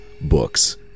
books